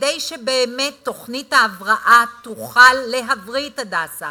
כדי שבאמת תוכנית ההבראה תוכל להבריא את "הדסה",